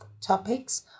topics